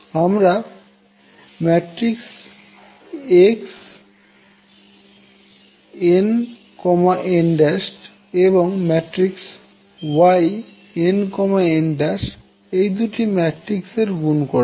আমরা Xn n' এবং Yn n' এই দুটি ম্যাট্রিক্স এর গুণ করেছি